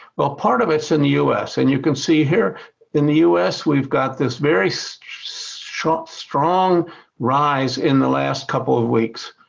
well part of it's in the u s. and you can see here in the u s. we've got this very so strong rise in the last couple of weeks.